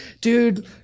Dude